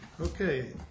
Okay